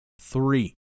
three